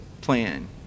plan